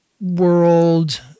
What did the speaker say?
world